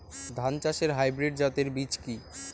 ধান চাষের হাইব্রিড জাতের বীজ কি?